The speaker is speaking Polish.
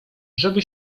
żeby